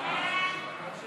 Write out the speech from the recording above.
ההצעה